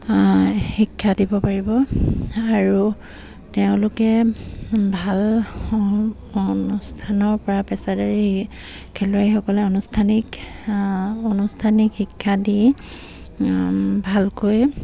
শিক্ষা দিব পাৰিব আৰু তেওঁলোকে ভাল অনুষ্ঠানৰপৰা পেছাদাৰী খেলুৱৈসকলে আনুষ্ঠানিক আনুষ্ঠানিক শিক্ষা দি ভালকৈ